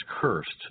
cursed